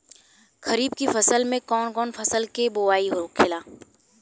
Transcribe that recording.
खरीफ की फसल में कौन कौन फसल के बोवाई होखेला?